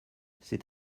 c’est